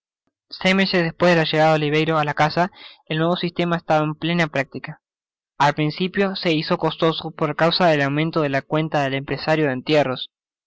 meses despues de la llegada de oliverio á la casa el nuevo sistema estaba en plena práctica al principio se hizo costoso por causa del aumento de la cuenta del empresario de entierros